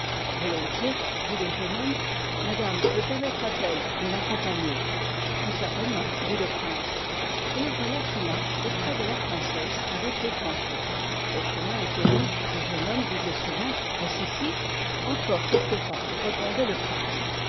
volontiers dit le ft jeune homme madame me permettraç t-elle de l'accompagner très-certainement dit le prince et le voilà qui marche auprès de la princesse avec l'étranger le chemin étoit long le jeune homme disoit souvent est-ce ici encore quelques pas répondoit le prince